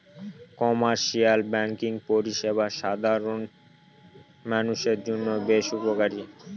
commercial banking পরিষেবা সাধারণ মানুষের জন্য বেশ উপকারী